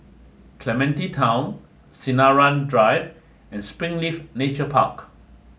Clementi Town Sinaran Drive and Springleaf Nature Park